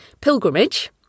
Pilgrimage